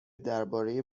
درباره